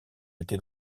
était